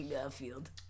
Garfield